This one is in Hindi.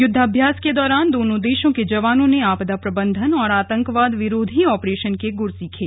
युद्धाभ्यास के दौरान दोनों देशों के जवानों ने आपदा प्रबंधन और आतंकवाद विरोधी ऑपरेशन के गुर सीखे